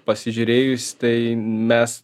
pasižiūrėjus tai mes